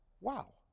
wow